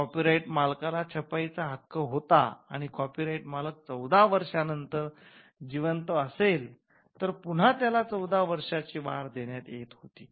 copyright मालकाला छपाईचा हक्क होता आणि कॉपीराइट मालक १४ वर्षानंतर जिवंत असेल तर पुन्हा त्यात १४ वर्षाची वाढ देण्यात येत होती